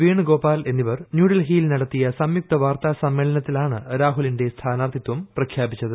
വേണുഗോപാൽ എന്നിവർ ന്യൂഡൽഹിയിൽ നടത്തിയ സംയുക്ത വാർത്താ സമ്മേളനത്തിലാണ് രാഹുലിന്റെ സ്ഥാനാർത്ഥിത്വം പ്രഖ്യാപിച്ചത്